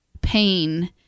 pain